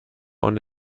und